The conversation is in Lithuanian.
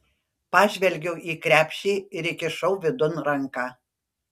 pažvelgiau į krepšį ir įkišau vidun ranką